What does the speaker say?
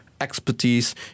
expertise